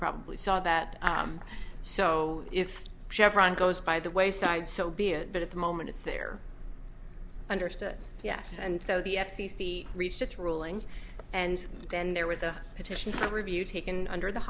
probably saw that so if chevron goes by the wayside so be it but at the moment it's there understood yes and so the f c c reached its ruling and then there was a petition to review taken under the